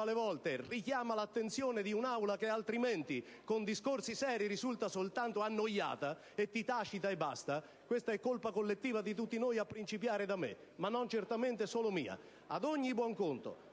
alle volte si cerca di richiamare l'attenzione di un'Aula che altrimenti con discorsi seri risulta soltanto annoiata, e ti tacita e basta, questa è colpa collettiva di tutti noi, a cominciare da me, ma non certamente solo mia. Ad ogni buon conto,